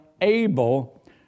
able